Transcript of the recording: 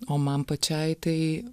o man pačiai tai